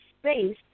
space